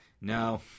No